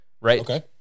right